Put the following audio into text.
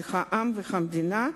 של העם והמדינה,